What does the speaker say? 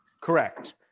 Correct